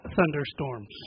thunderstorms